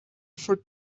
for